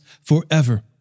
forever